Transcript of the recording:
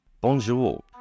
Bonjour